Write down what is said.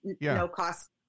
no-cost